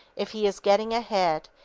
if he is getting ahead,